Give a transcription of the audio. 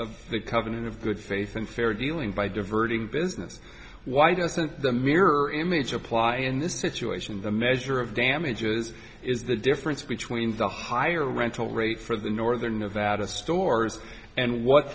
of the covenant of good faith and fair dealing by diverting business why doesn't the mirror image apply in this situation the measure of damages is the difference between the higher rental rate for the northern nevada stores and what